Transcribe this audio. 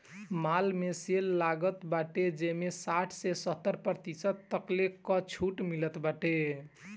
माल में सेल लागल बाटे जेमें साठ से सत्तर प्रतिशत तकले कअ छुट मिलत बाटे